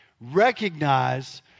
Recognize